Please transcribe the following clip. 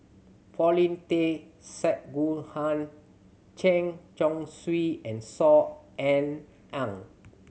Paulin Tay Straughan Chen Chong Swee and Saw Ean Ang